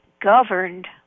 governed